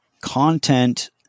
content